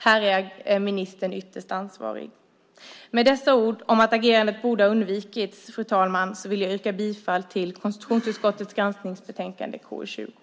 Här är ministern ytterst ansvarig. Med dessa ord om att agerandet borde ha undvikits, fru talman, vill jag yrka på godkännande av anmälan i konstitutionsutskottets granskningsbetänkande KU20.